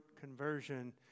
conversion